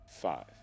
Five